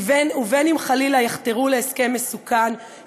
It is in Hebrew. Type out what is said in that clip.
ובין אם חלילה יחתרו להסכם מסוכן,